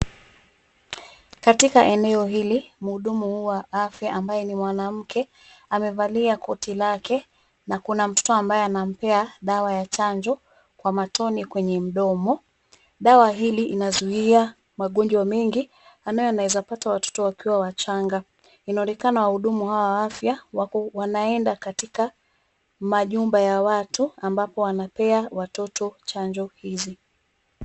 Katika eneo hili, mhudumu huyu wa afya ambaye ni mwanamke amevalia koti lake na kuna mtoto ambaye anampea dawa ya chanjo kwa matone kwenye mdomo. Dawa hii inazuia magonjwa mengi ambayo yanawezapata watoto wakiwa wachanga. Inaonekana wahudumu hawa wa afya wako wanaenda katika majumba ya watu ambapo wanapea watoto chanjo hizi.